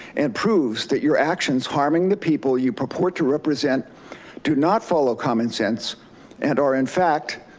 and proves that your actions harming the people you purport to represent do not follow common sense and are in fact,